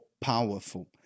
powerful